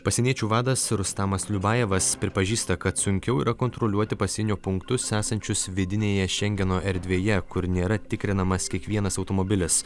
pasieniečių vadas rustamas liubajevas pripažįsta kad sunkiau yra kontroliuoti pasienio punktus esančius vidinėje šengeno erdvėje kur nėra tikrinamas kiekvienas automobilis